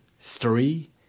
three